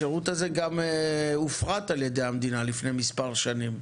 השירות הזה גם הופרט על ידי המדינה לפני מספר שנים.